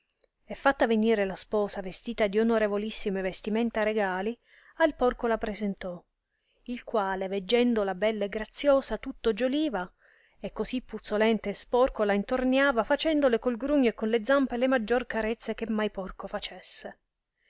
e fatta venire la sposa vestita di onorevolissime vestimenta regali al porco la presentò il quale veggendola bella e graziosa tutto gioliva e così puzzolente e sporco la intorniava facendole col grugno e con le zampe le maggior carezze che mai porco facesse